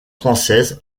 française